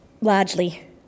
largely